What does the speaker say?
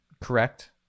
correct